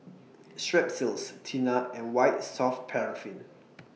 Strepsils Tena and White Soft Paraffin